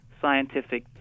scientific